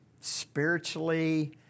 spiritually